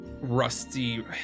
rusty